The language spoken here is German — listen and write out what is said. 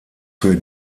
für